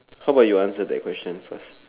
how about you answer that question first